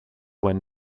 when